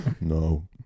No